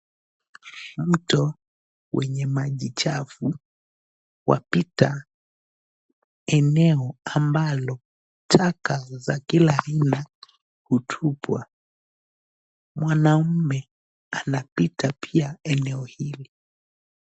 Mto wenye maji chafu, wapita eneo ambalo taka za kila aina hutupwa. Mwanaume anapita pia eneo hili.